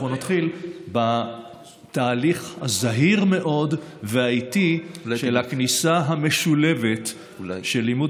אנחנו נתחיל בתהליך הזהיר מאוד והאיטי של הכניסה המשולבת של לימוד